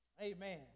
amen